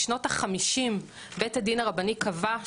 בשנות ה- 50 בית הדין הרבני קבע,